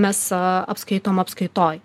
mes a apskaitom apskaitoj